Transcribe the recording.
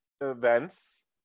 events